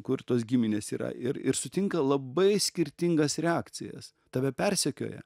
kur tos giminės yra ir ir sutinka labai skirtingas reakcijas tave persekioja